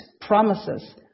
promises